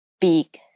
big